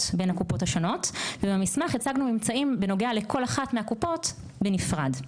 בין הקופות השונות ולכן במסמך הצגנו ממצאים בנוגע לכל אחת מהקופות בנפרד.